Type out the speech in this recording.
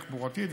תחבורתית,